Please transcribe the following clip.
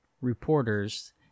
reporters